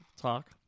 talk